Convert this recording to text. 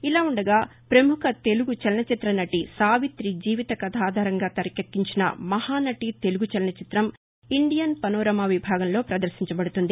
ఇలా ఉండగా ప్రముఖ తెలుగు చలనచిత్ర నటి సావితి జీవిత కథ ఆధారంగా తెరకెక్కించిన మహానటి తెలుగు చలన చిత్రం ఇండియన్ పనోరమా విభాగంలో పదర్శించబడుతుంది